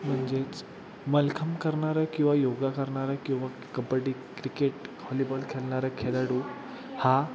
म्हणजेच मलखांब करणारं किंवा योगा करणारं किंवा कबड्डी क्रिकेट हॉलीबॉल खेळणारा खेळाडू हा